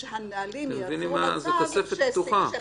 זו כספת פתוחה.